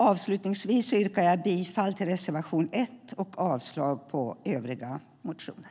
Avslutningsvis yrkar jag bifall till reservation 1 och avslag på övriga motioner.